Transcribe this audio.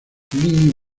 plinio